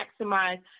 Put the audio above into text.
maximize